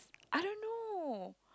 I don't know